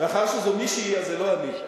מאחר שזו מישהי, אז זה לא אני.